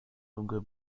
dunkel